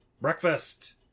breakfast